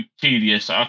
tedious